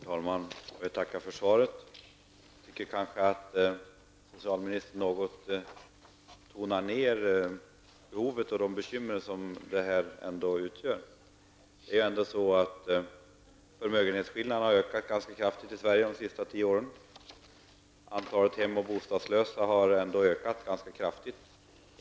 Herr talman! Jag vill tacka för svaret. Jag tycker kanske att statsrådet något tonar ned de bekymmer som det här utgör. Det är ändå så att förmögenhetsskillnaderna ökat ganska kraftigt i Sverige de senaste tio åren. Antalet hem och bostadslösa har ökat ganska kraftigt.